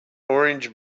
orange